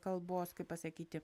kalbos kaip pasakyti